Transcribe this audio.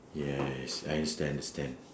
yes I understand understand